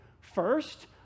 First